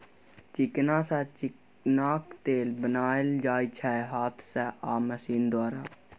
चिकना सँ चिकनाक तेल बनाएल जाइ छै हाथ सँ आ मशीन द्वारा